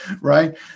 right